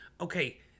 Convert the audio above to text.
okay